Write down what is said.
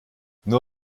nur